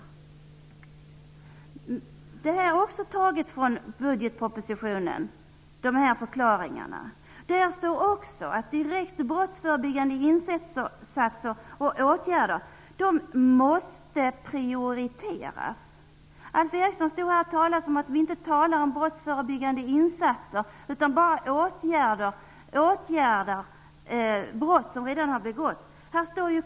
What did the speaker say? Också de här förklaringarna har jag hämtat från budgetpropositionen. I budgetpropositionen står att direkt brottsförebyggande insatser och åtgärder måste prioriteras. Alf Eriksson sade i sitt anförande att vi inte talar om brottsförebyggande insatser utan bara vill åtgärda brott som redan har begåtts.